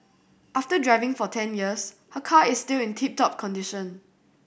after driving for ten years her car is still in tip top condition